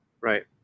right